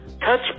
Touch